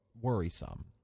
worrisome